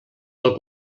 del